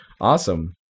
Awesome